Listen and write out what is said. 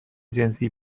جنسی